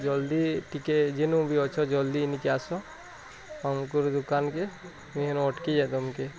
ଜଲ୍ଜି ଟିକେ ଯେନୁ ବି ଅଛ ଜଲ୍ଦି ଏନିକି ଆସ ଅମକୁର୍ ଦୁକାନ୍ କେ ମୁଁ ଏନୁ ଅଟକି ତମକେ